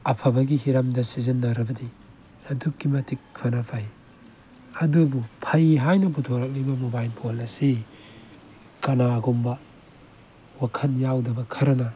ꯑꯐꯕꯒꯤ ꯍꯤꯔꯝꯗ ꯁꯤꯖꯤꯟꯅꯔꯕꯗꯤ ꯑꯗꯨꯛꯀꯤ ꯃꯇꯤꯛ ꯈꯔ ꯐꯩ ꯑꯗꯨꯕꯨ ꯐꯩ ꯍꯥꯏꯅ ꯄꯨꯊꯣꯔꯛꯂꯤꯕ ꯃꯣꯕꯥꯏꯜ ꯐꯣꯟ ꯑꯁꯤ ꯀꯅꯥꯒꯨꯝꯕ ꯋꯥꯈꯜ ꯌꯥꯎꯗꯕ ꯈꯔꯅ